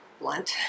blunt